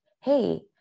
hey